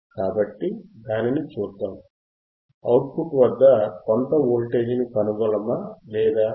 కాబట్టి దానిని చూద్దాం అవుట్ పుట్ వద్ద కొంత వోల్టేజ్ ని కనుగొనగలమా లేదా